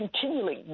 continually